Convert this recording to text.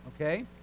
Okay